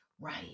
Right